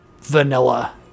vanilla